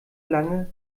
lange